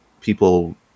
people